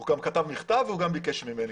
הוא גם כתב מכתב והוא גם ביקש ממני.